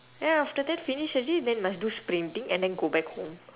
then after that finish already then must do sprinting and then go back home